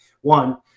One